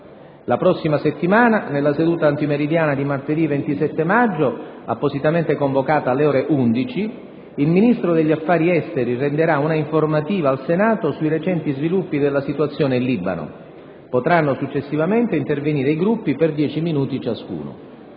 La prossima settimana, nella seduta antimeridiana di martedì 27 maggio, appositamente convocata alle ore 11, il Ministro degli affari esteri renderà una informativa al Senato sui recenti sviluppi della situazione in Libano. Potranno successivamente intervenire i Gruppi per dieci minuti ciascuno.